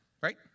right